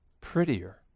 prettier